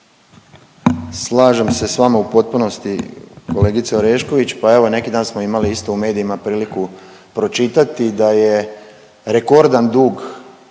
Slažem se s vama u potpunosti kolegice Orešković. Pa evo neki dan smo imali isto u medijima priliku pročitati da je rekordan dug